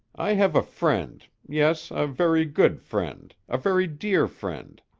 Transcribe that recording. i have a friend, yes a very good friend, a very dear friend,